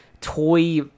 toy